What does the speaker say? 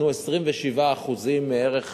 נתנו 27% מערך